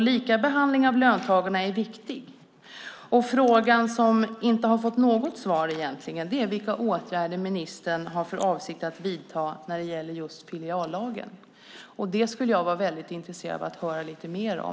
Likabehandlingen av löntagarna är viktig. Den fråga som egentligen inte har fått något svar är vilka åtgärder ministern har för avsikt att vidta när det gäller filiallagen. Det skulle jag vara intresserad av att höra lite mer om.